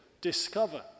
discover